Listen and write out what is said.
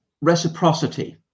reciprocity